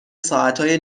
ساعتای